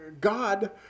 God